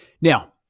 Now